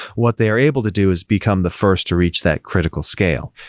what they are able to do is become the first to reach that critical scale.